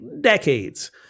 decades